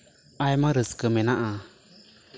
ᱟᱭᱢᱟ ᱨᱟᱥᱠᱟᱹ